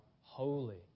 holy